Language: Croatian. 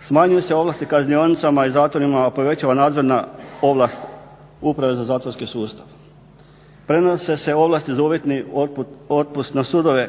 smanjuju se ovlasti kaznionicama i zatvorima, a povećava nadzor nad ovlastima Uprave za zatvorski sustav, prenose se ovlasti za uvjetni otpust na sudove.